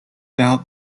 doubt